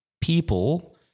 people